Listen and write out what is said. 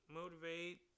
motivate